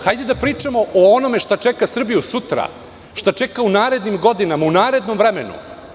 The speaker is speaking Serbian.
Hajde da pričamo o onome šta čeka Srbiju sutra, šta čeka u narednim godinama, u narednom vremenu.